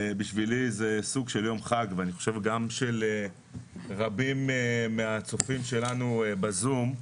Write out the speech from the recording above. בשבילי זה סוג של יום חג ואני חושב שגם של רבים מהצופים שלנו ב-זום,